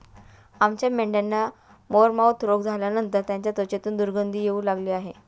आमच्या मेंढ्यांना सोरमाउथ रोग झाल्यानंतर त्यांच्या त्वचेतून दुर्गंधी येऊ लागली आहे